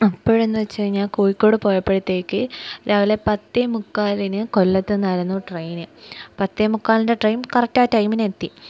അപ്പോഴെന്ന് വെച്ചുകഴിഞ്ഞാല് കോഴിക്കോട് പോയപ്പോഴത്തേക്ക് രാവിലെ പത്തേമുക്കാലിന് കൊല്ലത്ത് നിന്നായിരുന്നു ട്രെയിന് പത്തേമുക്കാലിൻ്റെ ട്രെയിൻ കറക്റ്റ് ആ ടൈമിനെത്തി